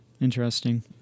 Interesting